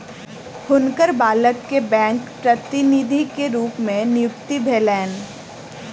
हुनकर बालक के बैंक प्रतिनिधि के रूप में नियुक्ति भेलैन